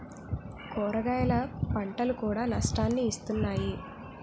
కూరగాయల పంటలు కూడా నష్టాన్ని ఇస్తున్నాయి